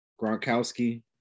Gronkowski